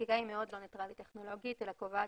החקיקה היא מאוד לא ניטרלית טכנולוגית אלא קובעת